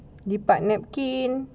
lipat napkin